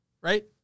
Right